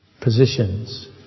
positions